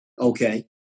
okay